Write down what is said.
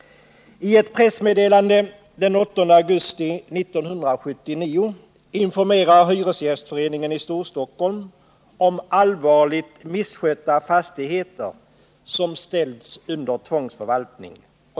I ett pressmeddelande den 8 augusti 1979 informerar Hyresgästföreningen i Stor-Stockholm om allvarligt misskötta fastigheter som ställts under tvångsförvaltning.